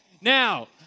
Now